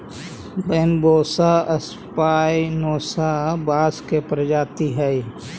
Bambusa spinosa बाँस के प्रजाति हइ